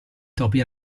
topi